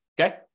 okay